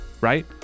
right